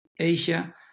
Asia